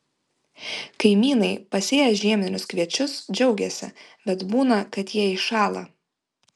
kaimynai pasėję žieminius kviečius džiaugiasi bet būna kad jie iššąla